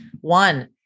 One